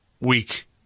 week